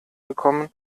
gekommen